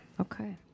Okay